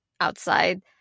outside